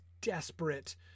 desperate